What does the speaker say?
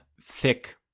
thick